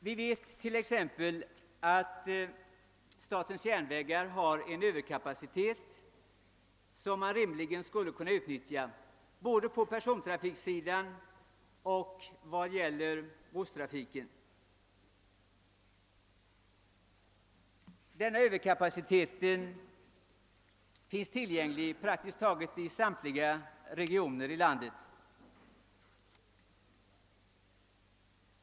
Vi vet t.ex. att statens järnvägar har en överkapacitet som man rimligen skulle kunna utnyttja både på persontrafikssidan och när det gäller godstrafiken. Denna överkapacitet finns tillgänglig i praktiskt taget samtliga regioner i landet.